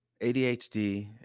ADHD